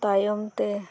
ᱛᱟᱭᱚᱢ ᱛᱮ